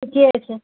ठीके छै